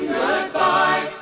goodbye